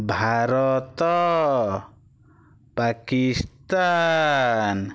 Bharat Pakistan